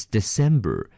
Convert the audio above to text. December